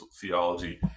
theology